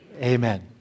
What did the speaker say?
Amen